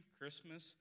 Christmas